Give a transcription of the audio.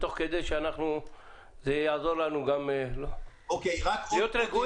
זה יעזור לנו להיות רגועים.